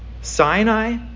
Sinai